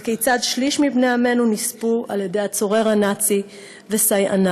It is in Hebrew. וכיצד שליש מבני עמנו נספו על-ידי הצורר הנאצי וסייעניו.